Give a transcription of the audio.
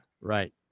Right